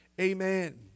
Amen